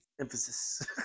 emphasis